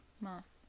Mass